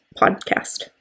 podcast